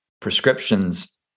prescriptions